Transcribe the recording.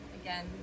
again